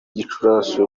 gicurasi